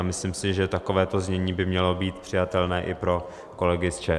Myslím si, že takovéto znění by mělo být přijatelné i pro kolegy z ČSSD.